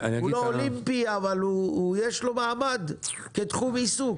הוא לא אולימפי אבל יש לו מעמד כתחום עיסוק.